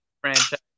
franchise